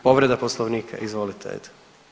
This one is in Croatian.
Povreda poslovnika, izvolite.